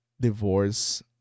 divorce